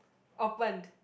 opened